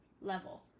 level